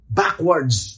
backwards